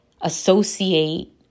associate